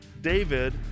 David